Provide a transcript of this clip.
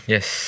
Yes